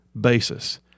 basis